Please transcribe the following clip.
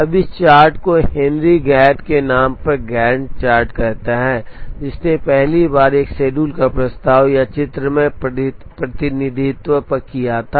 अब इस चार्ट को हेनरी गैंट के नाम पर गैंट चार्ट कहा जाता है जिसने पहली बार एक शेड्यूल का प्रस्ताव या चित्रमय प्रतिनिधित्व किया था